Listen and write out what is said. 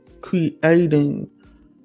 creating